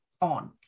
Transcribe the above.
on